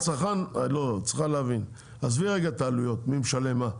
היא צריכה להבין: תעזבי רגע את העלויות מי משלם מה.